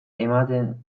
ematen